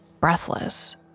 breathless